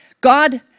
God